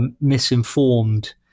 misinformed